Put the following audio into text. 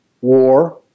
war